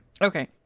Okay